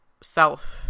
self